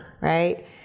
right